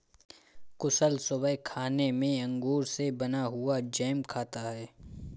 कुशल सुबह खाने में अंगूर से बना हुआ जैम खाता है